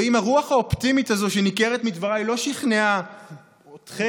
ואם הרוח האופטימית הזו שניכרת מדבריי לא שכנעה אתכם,